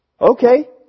Okay